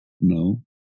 No